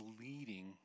leading